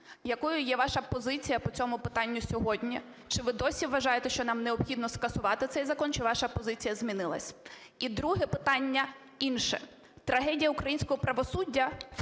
Якою є ваша позиція по цьому питанню сьогодні? Чи ви досі вважаєте, що нам необхідно скасувати цей закон, чи ваша позиція змінилась? І друге питання інше. Трагедія українського правосуддя в